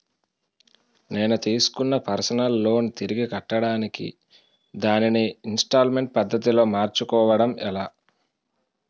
నేను తిస్కున్న personal loan తిరిగి కట్టడానికి దానిని ఇంస్తాల్మేంట్ పద్ధతి లో మార్చుకోవడం ఎలా?